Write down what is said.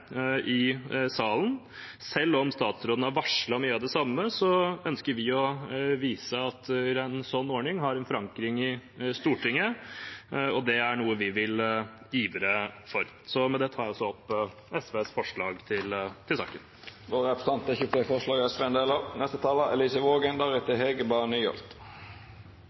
Selv om statsråden har varslet mye av det samme, ønsker vi å vise at en sånn ordning har en forankring i Stortinget, og at det er noe vi vil ivre for. Med det tar jeg opp SVs forslag i saken. Representanten Freddy André Øvstegård har teke opp det forslaget han refererte til. Lærerspesialistordningen var en